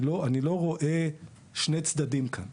אני לא רואה שני צדדים כאן.